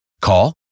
Call